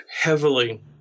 heavily